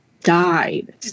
died